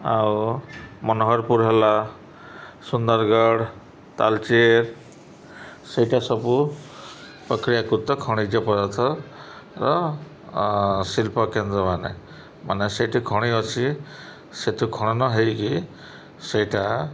ଆଉ ମନୋହରପୁର ହେଲା ସୁନ୍ଦରଗଡ଼ ତାଲଚେର ସେଇଟା ସବୁ ପ୍ରକ୍ରିୟାକୃତ ଖଣିଜ୍ୟ ପଦାର୍ଥର ଶିଳ୍ପକେନ୍ଦ୍ରମାନେ ମାନେ ସେଇଠି ଖଣି ଅଛି ସେଠୁ ଖନ ହେଇକି ସେଇଟା